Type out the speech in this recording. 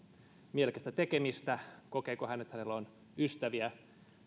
mielekästä tekemistä kokeeko hän että hänellä on ystäviä